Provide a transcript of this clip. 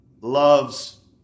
loves